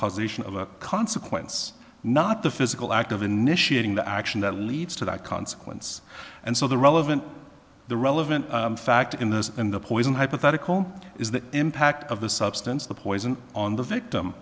causation of a consequence not the physical act of initiating the action that leads to that consequence and so the relevant the relevant fact in this in the poison hypothetical is the impact of the substance the poison on the victim